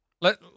let